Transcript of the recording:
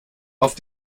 auf